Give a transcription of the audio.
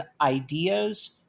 ideas